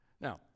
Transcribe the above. now